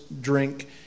drink